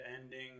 ending